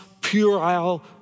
puerile